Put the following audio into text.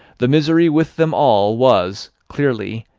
the misery with them all was, clearly,